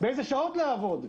באיזה שעות לעבוד,